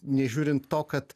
nežiūrint to kad